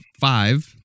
five